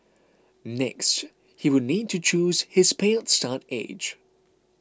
next he would need to choose his payout start age